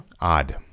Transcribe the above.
Odd